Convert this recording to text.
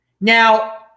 Now